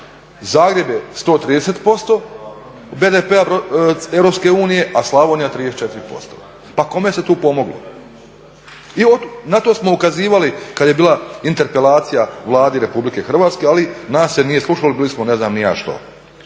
Zagreb je 130% BDP-a Europske unije a Slavonija 34%. Pa kome se tu pomoglo? I na to smo ukazivali kada je bila interpelacija Vladi Republike Hrvatske, ali nas se nije slušalo, bili smo ne znam ni ja što.